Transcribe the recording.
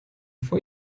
for